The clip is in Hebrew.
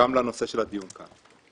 לנושא של הדיון כאן.